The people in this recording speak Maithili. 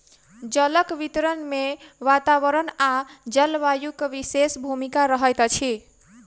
जलक वितरण मे वातावरण आ जलवायुक विशेष भूमिका रहैत अछि